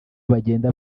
bagenda